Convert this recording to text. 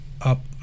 up